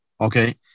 okay